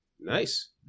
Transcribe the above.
Nice